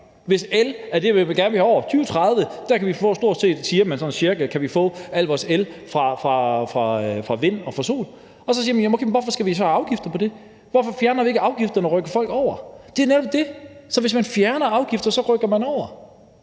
vi sådan cirka få stort set – siger man – al vores el fra vind og sol. Okay, men hvorfor skal vi så have afgifter på det? Hvorfor fjerner vi ikke afgifterne og rykker folk over? Det er netop det: Hvis man fjerner afgifter, rykker folk over.